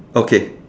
okay